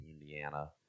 Indiana